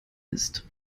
ist